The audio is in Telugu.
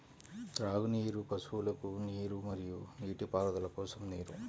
త్రాగునీరు, పశువులకు నీరు మరియు నీటిపారుదల కోసం నీరు